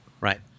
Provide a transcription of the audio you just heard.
right